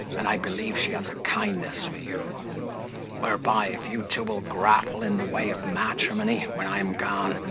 and i believe she has a kindness for you whereby, if you two will grapple in the way of matrimony, when i am gone,